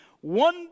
one